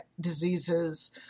diseases